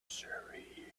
sorcery